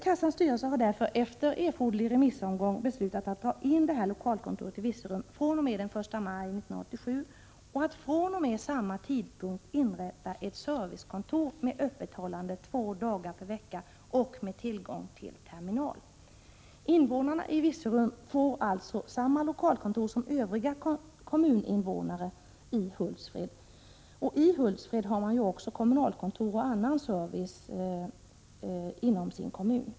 Kassans styrelse har därför efter erforderlig remissomgång beslutat att dra in lokalkontoret i Virserum fr.o.m. den 1 maj 1987 och att fr.o.m. samma tidpunkt inrätta ett servicekontor, med tillgång till terminal och med öppethållande två dagar per vecka. Invånarna i Virserum får alltså samma lokalkontor som övriga invånare i Hultsfred. I Hultsfred har man kommunalkontor och annan service inom kommunen.